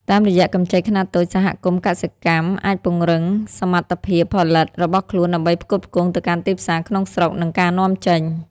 តាមរយៈកម្ចីខ្នាតតូច សហគមន៍កសិកម្មអាចពង្រឹងសមត្ថភាពផលិតរបស់ខ្លួនដើម្បីផ្គត់ផ្គង់ទៅកាន់ទីផ្សារក្នុងស្រុក និងការនាំចេញ។